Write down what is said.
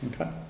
Okay